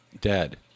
dead